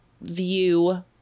view